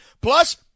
Plus